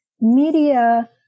media